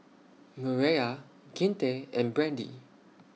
Mireya Kinte and Brandy